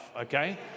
okay